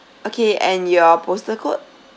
okay and your postal code